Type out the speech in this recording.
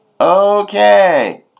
Okay